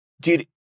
dude